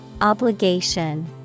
Obligation